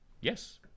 Yes